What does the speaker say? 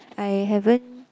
I haven't